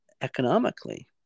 economically